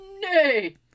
Nay